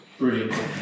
Brilliant